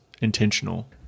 intentional